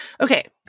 Okay